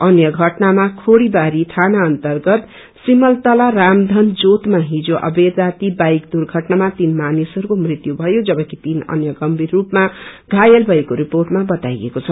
अन्य घटनामा खोड़ी बाड़ी थाना अन्तरगत सीमलतला रामधन जोतमा हिजो अबेर राती बाइक दुर्घटनामा तीन मानिसहरूको मृत्यु भयो जबकि तीन अन्य गम्भीर रूपमा घायल भएको रिपोटमा बताईएको छ